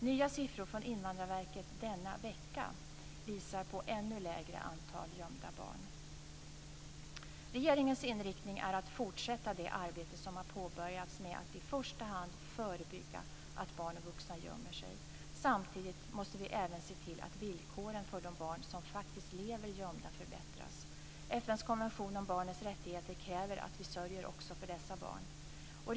Nya siffror från Invandrarverket denna vecka visar på ett ännu lägre antal gömda barn. Regeringens inriktning är att fortsätta det arbete som har påbörjats med att i första hand förebygga att barn och vuxna gömmer sig. Samtidigt måste vi även se till att villkoren för de barn som faktiskt lever gömda förbättras. FN:s konvention om barnets rättigheter kräver att vi sörjer också för dessa barn.